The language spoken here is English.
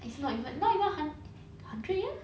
it's not even not even an entree